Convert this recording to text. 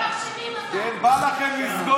בא לכם לסגור את מרכז,